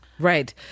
Right